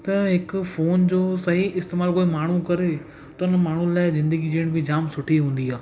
त हिकु फोन जो सही इस्तेमालु कोई माण्हू करे त उन माण्हू लाइ ज़िंदगी जीअण बि जाम सुठी हूंदी आहे